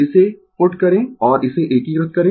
इसे पुट करें और इसे एकीकृत करें